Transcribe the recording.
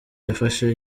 yafashe